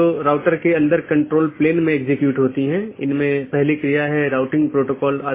BGP निर्भर करता है IGP पर जो कि एक साथी का पता लगाने के लिए आंतरिक गेटवे प्रोटोकॉल है